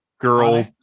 girl